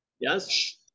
yes